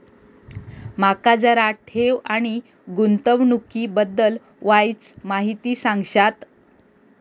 माका जरा ठेव आणि गुंतवणूकी बद्दल वायचं माहिती सांगशात?